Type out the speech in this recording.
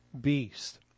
beast